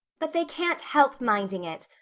but they can't help minding it.